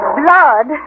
blood